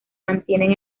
mantienen